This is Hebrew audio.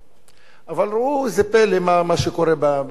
אבל ראו זה פלא, מה שקורה גם בעניין הזה,